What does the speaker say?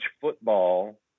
football